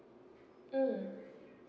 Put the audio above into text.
mm